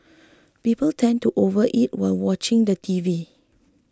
people tend to overeat while watching the T V